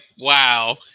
wow